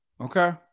Okay